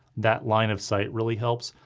that line of sight really helps.